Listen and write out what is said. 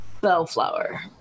bellflower